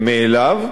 מאליו.